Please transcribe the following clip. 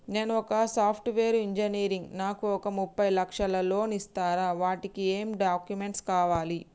నేను ఒక software engineer నాకు ఒక ముప్పై లక్షల లోన్ ఇస్తరా? వాటికి ఏం డాక్యుమెంట్స్ కావాలి?